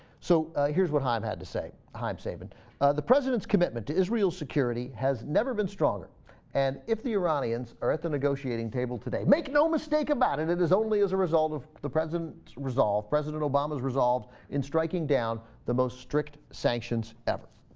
so here's what i've had to say hype save it and the president's commitment to israel's security has never been stronger and if the iranians are at the negotiating table today make no mistake about it it is only as a result of the president resolve president obama's resolved in striking down the most strict sanctions ever